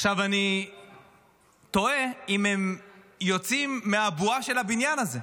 עכשיו אני תוהה אם הם יוצאים מהבועה של הבניין הזה,